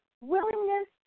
willingness